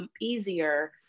easier